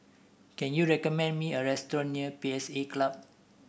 can you recommend me a restaurant near P S A Club